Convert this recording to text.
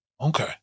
Okay